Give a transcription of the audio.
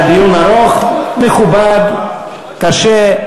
היה דיון ארוך, מכובד, קשה.